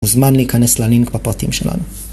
הוא זמן להיכנס ללינק בפרטים שלנו